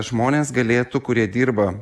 žmonės galėtų kurie dirba